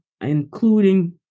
including